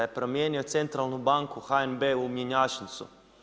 Da je promijenio centralnu banku HNB u mjenjačnicu.